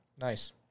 Nice